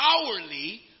hourly